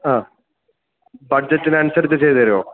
അ ബഡ്ജറ്റിനൻസരിച്ച് ചെയ്തുതരുമോ